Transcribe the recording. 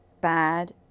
Bad